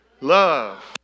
love